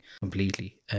completely